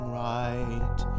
right